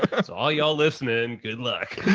that's all y'all listening. good luck.